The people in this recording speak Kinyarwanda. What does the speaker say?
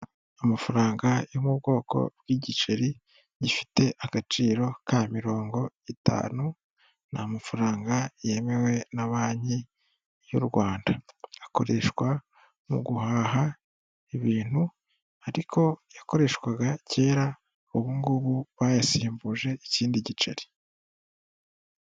Amafaranga yo mu bwoko bw'igiceri, gifite agaciro ka mirongo itanu, ni amafaranga yemewe na banki y'u Rwanda. Akoreshwa mu guhaha ibintu ariko yakoreshwaga kera, ubu ngubu bayasimbuje ikindi giceri.